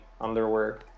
underwear